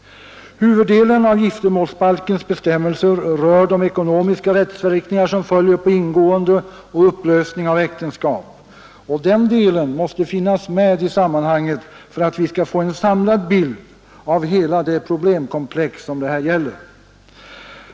Huvuddelen av giftermålsbalkens bestämmelser rör de ekonomiska rättsverkningar som följer på ingående och upplösning av äktenskap, och den delen måste finnas med i sammanhanget för att vi skall få en samlad bild av hela det problemkomplex det här gäller.